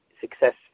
success